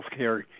healthcare